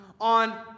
on